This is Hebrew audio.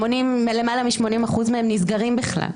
למעלה מ-80% מהן בכלל נסגרים.